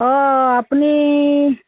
অঁ আপুনি